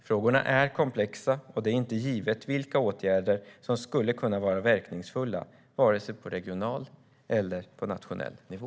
Frågorna är komplexa, och det är inte givet vilka åtgärder som skulle kunna vara verkningsfulla vare sig på regional eller nationell nivå.